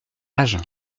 agen